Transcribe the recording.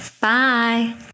Bye